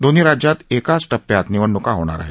दोन्ही राज्यात एकाच टप्प्यात निवडणुका होणार आहेत